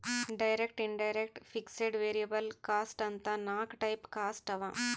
direct, indirect, fixed, variable cost ಅಂತ್ ನಾಕ್ type cost ಅವಾ